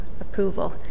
approval